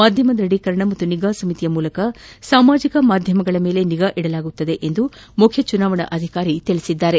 ಮಾಧ್ಯಮ ದ್ಯಢೀಕರಣ ಹಾಗೂ ನಿಗಾ ಸಮಿತಿಯ ಮೂಲಕ ಸಾಮಾಜಕ ಮಾಧ್ಯಮಗಳ ಮೇಲೆ ನಿಗಾ ಇರಿಸಲಾಗುವುದು ಎಂದು ಮುಖ್ಯ ಚುನಾವಣಾಧಿಕಾರಿ ತಿಳಿಸಿದ್ದಾರೆ